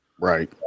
right